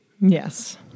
Yes